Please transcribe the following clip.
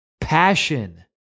Passion